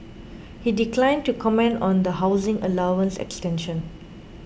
he declined to comment on the housing allowance extension